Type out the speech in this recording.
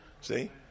See